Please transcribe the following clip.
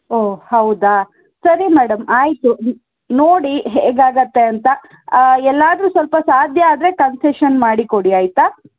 ಓಹ್ ಹೌದಾ ಸರಿ ಮೇಡಮ್ ಆಯಿತು ನೋಡಿ ಹೇಗಾಗತ್ತೆ ಅಂತ ಎಲ್ಲಾದರೂ ಸ್ವಲ್ಪ ಸಾಧ್ಯ ಆದರೆ ಕನ್ಸೆಷನ್ ಮಾಡಿಕೊಡಿ ಆಯಿತಾ